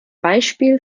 beispiel